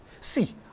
See